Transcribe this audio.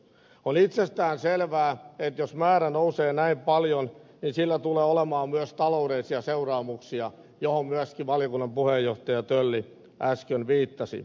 on itsestäänselvää että jos määrä nousee näin paljon niin sillä tulee olemaan myös taloudellisia seuraamuksia mihin myöskin valiokunnan puheenjohtaja tölli äsken viittasi